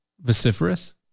Vociferous